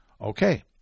okay